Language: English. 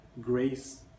grace